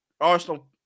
Arsenal